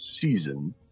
Season